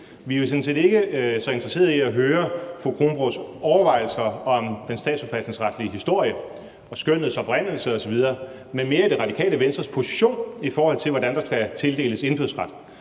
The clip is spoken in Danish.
set ikke så interesserede i at høre fru Susan Kronborgs overvejelser om den statsforfatningsretlige historie og skønnets oprindelse osv., men mere Radikale Venstres position i forhold til, hvordan der skal tildeles indfødsret,